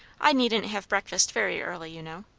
i needn't have breakfast very early, you know.